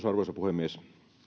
arvoisa puhemies